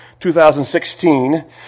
2016